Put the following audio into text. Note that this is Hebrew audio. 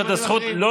יש לך את הזכות.